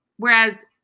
Whereas